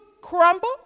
crumble